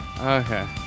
Okay